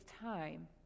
time